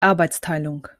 arbeitsteilung